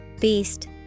Beast